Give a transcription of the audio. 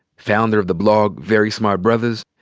founder of the blog very smart brothas,